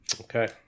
okay